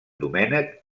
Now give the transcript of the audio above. domènec